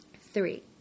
Three